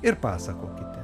ir pasakokite